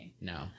no